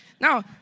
Now